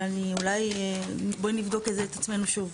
אבל אני אולי, בואי נבדוק את זה, את עצמנו שוב.